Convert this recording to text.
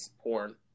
porn